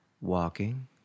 walking